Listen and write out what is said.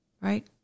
Right